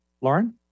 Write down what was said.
Lauren